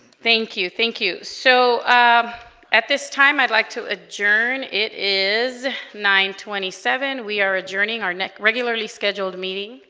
thank you thank you so at this time i'd like to adjourn it is nine twenty seven we are a journeying our neck regularly scheduled meeting